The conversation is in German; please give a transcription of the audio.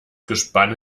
gespann